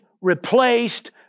replaced